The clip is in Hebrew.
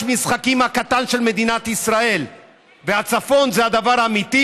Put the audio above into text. המשחקים הקטן של מדינת ישראל והצפון זה הדבר האמיתי,